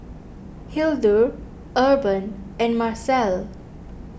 Hildur Urban and Marcel